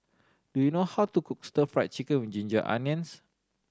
do you know how to cook Stir Fry Chicken with ginger onions